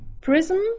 prism